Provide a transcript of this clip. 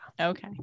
Okay